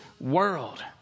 world